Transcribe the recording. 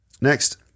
Next